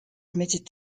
admitted